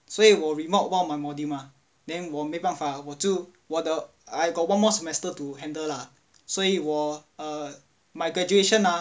所以我 remod one of my module mah then 我没办法我就我的 I got one more semester to handle lah 所以我 err my graduation ah